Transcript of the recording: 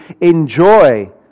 enjoy